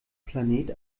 planet